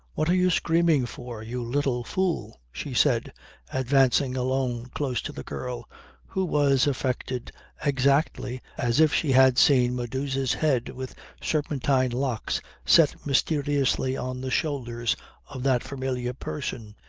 what are you screaming for, you little fool? she said advancing alone close to the girl who was affected exactly as if she had seen medusa's head with serpentine locks set mysteriously on the shoulders of that familiar person,